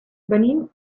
venim